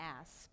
ask